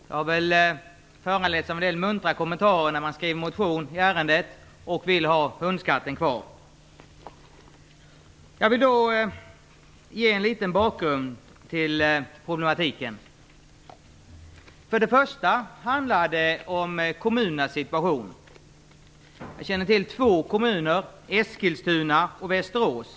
Det blev väl en del muntra kommentarer när en motion skrevs i ärendet om att få ha hundskatten kvar. Jag vill kort ge en bakgrund till problematiken. Först och främst handlar det om kommunernas situation. Jag känner till hur det är i två kommuner, Eskilstuna och Västerås.